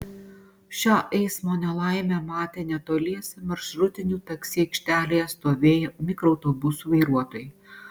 šią eismo nelaimę matė netoliese maršrutinių taksi aikštelėje stovėję mikroautobusų vairuotojai